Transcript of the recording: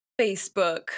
Facebook